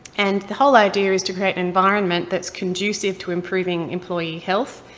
and the whole idea is to create and environment that's conducive to improving employee health,